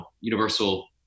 universal